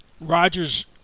Rogers